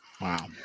Wow